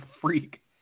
freak